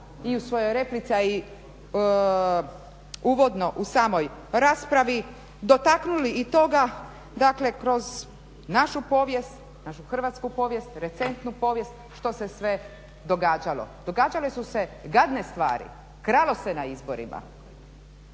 i u svojoj replici a i uvodno u samoj raspravi dotaknuli i toga dakle kroz našu povijest, našu hrvatsku povijest, recentnu povijest što se sve događalo. Događale su se gadne stvari, kralo se na izborima,